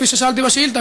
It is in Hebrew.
כפי ששאלתי בשאילתה,